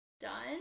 done